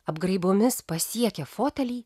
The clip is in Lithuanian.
apgraibomis pasiekė fotelį